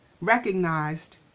recognized